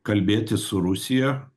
kalbėtis su rusija